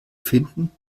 finden